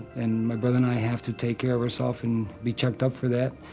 and my brother and i have to take care of ourself and be checked up for that.